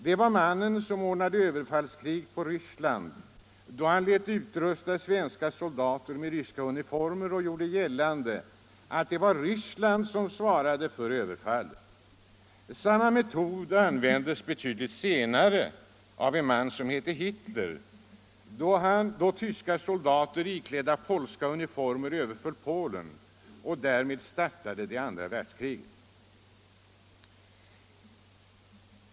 Det var mannen som ordnade överfallskrig mot Ryssland, då han lät utrusta svenska soldater med ryska uniformer och gjorde gällande att det var Ryssland som svarade för överfallet. Samma metod användes betydligt senare av en man som hette Hitler, då tyska soldater iklädda polska uniformer överföll Polen och därmed startade det andra världskriget.